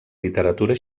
literatura